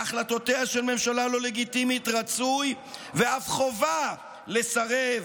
להחלטותיה של ממשלה לא לגיטימית רצוי ואף חובה לסרב.